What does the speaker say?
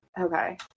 Okay